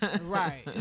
right